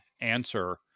answer